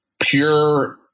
pure